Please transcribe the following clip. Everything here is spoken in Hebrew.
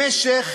במשך